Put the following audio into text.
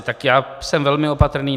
Tak já jsem velmi opatrný.